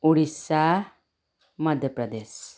Odisha Madhya Pradesh